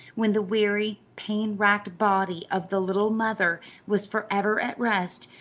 when the weary, pain-racked body of the little mother was forever at rest,